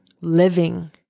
living